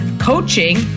coaching